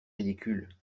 ridicule